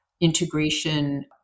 integration